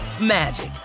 magic